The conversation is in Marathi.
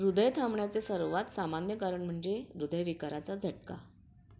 हृदय थांबण्याचे सर्वात सामान्य कारण म्हणजे रुदयविकाराचा झटका